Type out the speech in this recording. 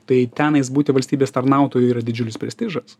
tai tenais būti valstybės tarnautoju yra didžiulis prestižas